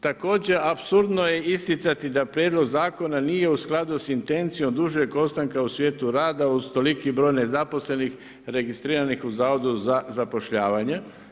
Također apsurdno je isticati da prijedlog zakona nije u skladu s intencijom dužeg ostanka u svijetu rada uz toliki broj nezaposlenih, registriranih u Zavodu za zapošljavanje.